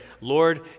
Lord